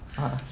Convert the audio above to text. uh